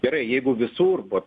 gerai jeigu visur vat